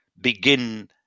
begin